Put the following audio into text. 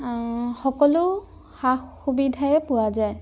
সকলো সা সুবিধাই পোৱা যায়